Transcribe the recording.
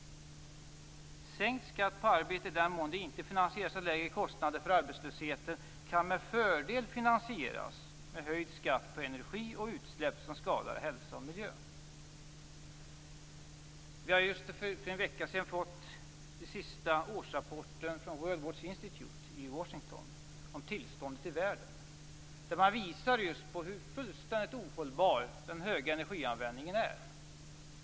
Sänkt skatt på arbete i den mån den inte finansieras av lägre kostnader för arbetslösheten kan med fördel finansieras med höjd skatt på energi och utsläpp som skadar hälsa och miljö. För några veckor sedan fick vi den senaste rapporten från World Watch Institute i Washington om tillståndet i världen. Där visar man på hur fullständigt ohållbar den höga energianvändningen är.